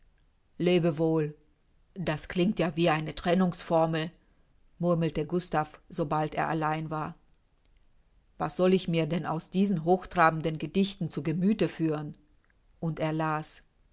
wohl das klingt ja wie eine trennungsformel murmelte gustav sobald er allein war was soll ich mir denn aus diesen hochtrabenden gedichten zu gemüthe führen und er las